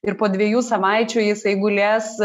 ir po dviejų savaičių jisai gulės